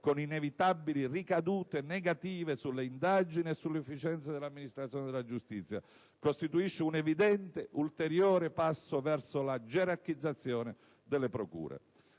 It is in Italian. con inevitabili ricadute negative sulle indagini e sull'efficienza dell'amministrazione della giustizia, costituisce un evidente ulteriore passo verso la gerarchizzazione delle procure.